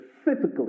specifically